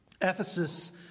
Ephesus